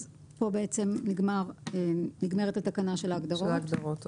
פה בעצם נגמרת התקנה של ההגדרות.